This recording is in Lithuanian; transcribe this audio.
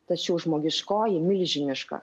tačiau žmogiškoji milžiniška